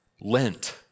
Lent